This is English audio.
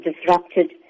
disrupted